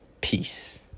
Peace